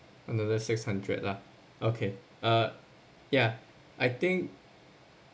another six hundred lah okay uh ya I think